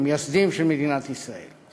המייסדים של מדינת ישראל.